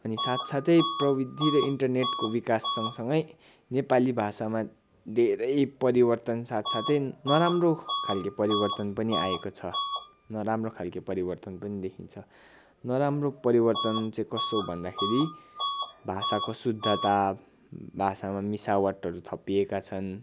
अनि साथ साथै प्रविधि र इन्टरनेटको विकास सँग सँगै नेपाली भाषामा धेरै परिवर्तन साथ साथै नराम्रो खालको परिवर्तन पनि आएको छ नराम्रो खालको परिवर्तन पनि देखिन्छ नराम्रो परिवर्तन चाहिँ कस्तो भन्दाखेरि भाषाको शुद्धता भाषामा मिसावटहरू थपिएका छन्